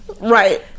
right